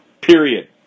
period